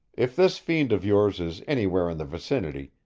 if this fiend of yours is anywhere in the vicinity,